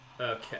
Okay